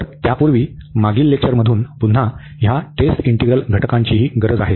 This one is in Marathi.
तर त्यापूर्वी मागील लेक्चरमधून पुन्हा या टेस्ट इंटीग्रल घटकांचीही गरज आहे